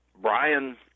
Brian